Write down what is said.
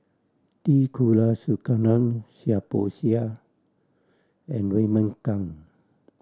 T Kulasekaram Seah Peck Seah and Raymond Kang